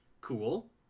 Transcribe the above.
cool